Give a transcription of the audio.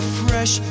fresh